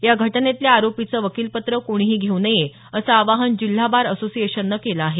या घटनेतल्या आरोपीचं वकीलपत्र कोणीही घेऊ नये असं आवाहन जिल्हा बार असोसिएशन केलं आहे